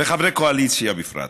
וחברי הקואליציה בפרט,